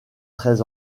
très